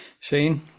Shane